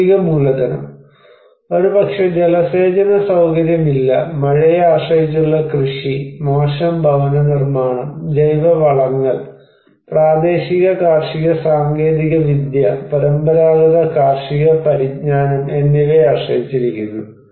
ഭൌതിക മൂലധനം ഒരുപക്ഷേ ജലസേചന സൌകര്യമില്ല മഴയെ ആശ്രയിച്ചുള്ള കൃഷി മോശം ഭവന നിർമ്മാണം ജൈവ വളങ്ങൾ പ്രാദേശിക കാർഷിക സാങ്കേതികവിദ്യ പരമ്പരാഗത കാർഷിക പരിജ്ഞാനം എന്നിവയെ ആശ്രയിച്ചിരിക്കുന്നു